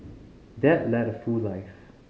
dad led a full life